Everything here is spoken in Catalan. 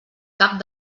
cap